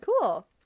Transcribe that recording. cool